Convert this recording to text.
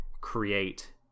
create